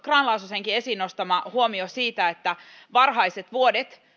grahn laasosenkin esiin nostama huomio siitä että varhaiset vuodet